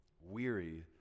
weary